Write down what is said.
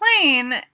plane